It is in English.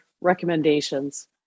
recommendations